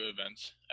events